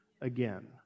again